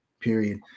Period